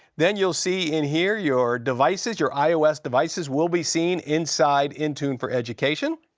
then you'll see in here your devices, your ios devices will be seen inside intune for education,